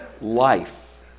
life